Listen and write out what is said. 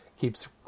keeps